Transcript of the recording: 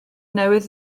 newydd